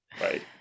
Right